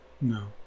No